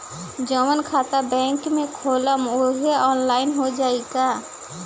जवन खाता बैंक में खोलम वही आनलाइन हो जाई का?